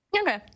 Okay